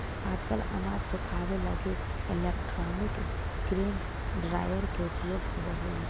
आजकल अनाज सुखावे लगी इलैक्ट्रोनिक ग्रेन ड्रॉयर के उपयोग होवऽ हई